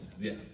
Yes